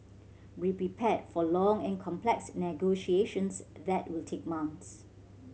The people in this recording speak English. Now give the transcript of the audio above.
be prepared for long and complex negotiations that will take months